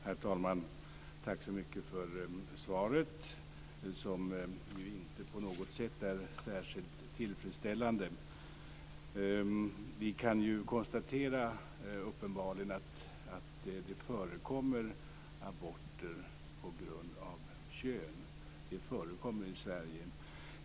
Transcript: Herr talman! Tack så mycket för svaret, som inte på något sätt är särskilt tillfredsställande. Vi kan uppenbarligen konstatera att det förekommer aborter på grund av kön i Sverige.